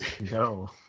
No